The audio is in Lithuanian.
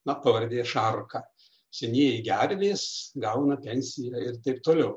na pavardė šarka senieji gervės gauna pensiją ir taip toliau